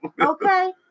Okay